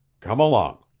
come along,